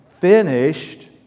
Finished